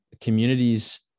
communities